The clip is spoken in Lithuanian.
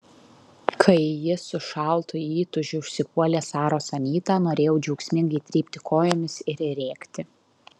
kai ji su šaltu įtūžiu užsipuolė saros anytą norėjau džiaugsmingai trypti kojomis ir rėkti